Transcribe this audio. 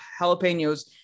jalapenos